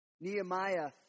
Nehemiah